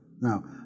Now